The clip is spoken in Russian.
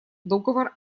договор